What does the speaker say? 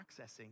accessing